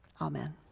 Amen